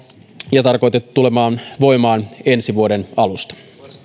ja tarkoitettu tulemaan voimaan ensi vuoden alusta